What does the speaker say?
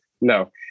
no